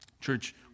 Church